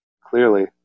Clearly